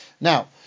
Now